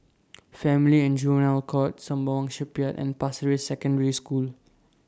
Family and Juvenile Court Sembawang Shipyard and Pasir Ris Secondary School